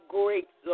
great